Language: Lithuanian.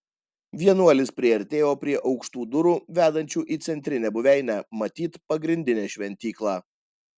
vienuolis priartėjo prie aukštų durų vedančių į centrinę buveinę matyt pagrindinę šventyklą